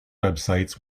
websites